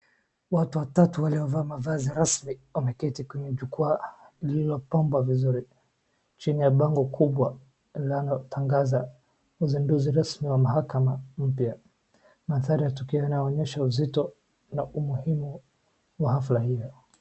Watu watatu waliovaa mavazi rasmi wameketi kwenye jukwaa lililopambwa vizuri chini ya bango kubwa linalotangaza uzinduzi rasmi wa mahakama mpya. Mandhari ya tukio yanaonyesha uzito na umuhimu wa hafla hio.